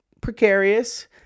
precarious